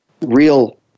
real